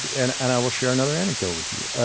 and and i will share another anecdote with you.